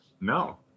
No